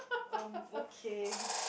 um okay